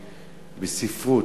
ספרות,